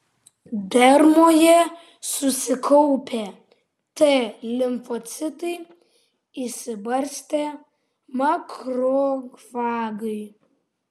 dermoje susikaupę t limfocitai išsibarstę makrofagai